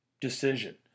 decision